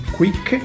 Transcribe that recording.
quick